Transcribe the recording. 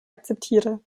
akzeptiere